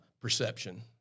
perception